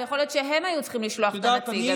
יכול להיות שהם היו צריכים לשלוח את הנציג.